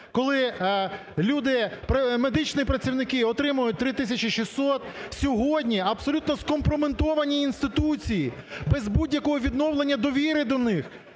люди, медичні працівники, отримують 3 тисячі 600, сьогодні абсолютно скомпрометовані інституції, без будь-якого відновлення довіри до них